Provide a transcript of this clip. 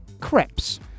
crepes